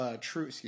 true